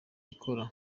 ikora